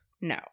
No